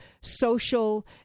social